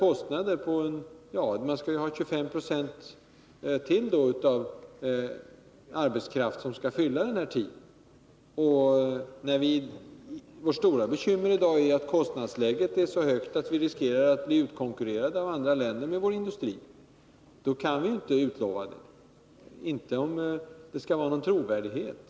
Man måste ju öka arbetsstyrkan med 25 9o för att fylla den tid som blir över. Vårt stora bekymmer i dag är att kostnadsläget är så högt att vår industri riskerar att bli utkonkurrerad av andra länder. I ett sådant läge kan vi inte utlova ett genomförande av sextimmarsdagen, om vi gör anspråk på någon trovärdighet.